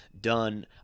done